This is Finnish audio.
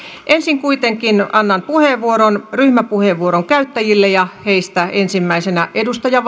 ensin kuitenkin annan puheenvuoron ryhmäpuheenvuoron käyttäjille ja heistä ensimmäisenä edustaja